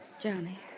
Johnny